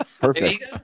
Perfect